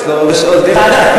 יש לו הרבה שעות, תודה.